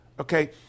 okay